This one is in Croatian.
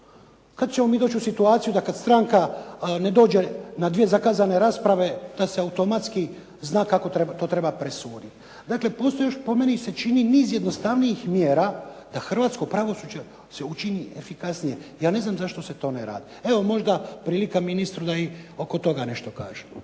Kad ćemo mi doći u situaciju da kad stranka ne dođe na dvije zakazane rasprave da se automatski zna kako to treba presudit? Dakle postoji još, po meni se čini niz jednostavnijih mjera da hrvatsko pravosuđe se učini efikasnije. Ja ne znam zašto se to ne radi. Evo možda prilika ministru da i oko toga nešto kaže.